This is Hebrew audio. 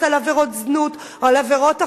על עבירות זנות או על עבירות אחרות,